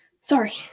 Sorry